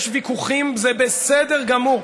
יש ויכוחים, זה בסדר גמור.